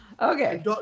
Okay